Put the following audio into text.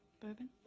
Bourbon